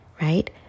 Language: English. Right